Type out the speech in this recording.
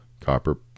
copper